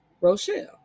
rochelle